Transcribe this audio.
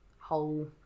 whole